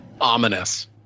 ominous